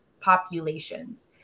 populations